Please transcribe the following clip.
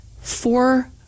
four